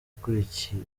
akurikiwe